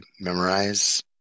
memorize